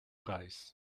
reichs